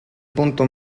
punto